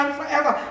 forever